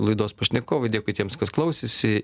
laidos pašnekovai dėkui tiems kas klausėsi